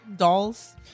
dolls